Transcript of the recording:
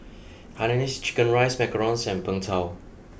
Hainanese Chicken Rice Macarons and png tao